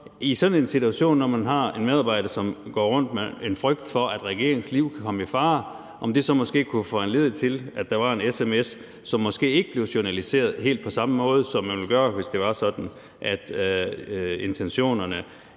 en sådan situation, hvor man har en medarbejder, som går rundt med en frygt for, at regeringens liv kunne komme i fare, måske foranledige til, at der var en sms, som måske ikke blev journaliseret helt på samme måde, som man ville gøre, hvis det var sådan, at intentionerne